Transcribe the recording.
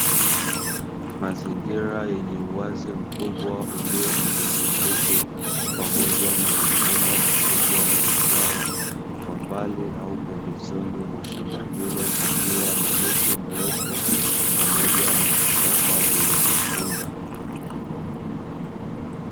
Mazingira yenye uwazi mkubwa ulio na nyasi fupi, pamoja na mashamba makubwa ya mazao, kwa mbali au pembezoni mwa shamba hilo kukiwa na miti mirefu, pamoja na vichaka vilivyofunga.